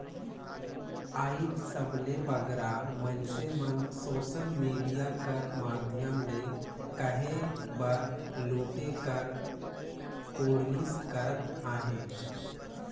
आएज सबले बगरा मइनसे मन सोसल मिडिया कर माध्यम ले कहे बर लूटे कर कोरनिस करत अहें